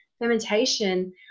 fermentation